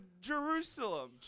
Jerusalem